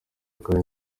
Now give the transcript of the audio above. kandi